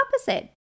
opposite